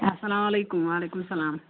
اَسَلامُ علیکُم وعلیکُم اسَلام